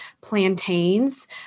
plantains